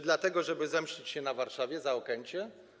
Dlatego, żeby zemścić się na Warszawie za Okęcie?